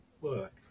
work